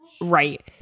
right